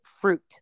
fruit